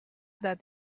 that